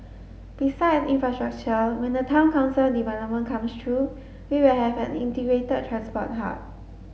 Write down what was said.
besides infrastructure when the town council development comes through we will have an integrated transport hub